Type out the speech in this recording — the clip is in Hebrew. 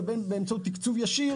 ובין אם באמצעות תקצוב ישיר